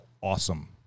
awesome